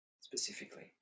specifically